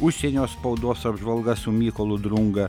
užsienio spaudos apžvalga su mykolu drunga